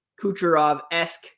Kucherov-esque